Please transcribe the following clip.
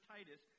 Titus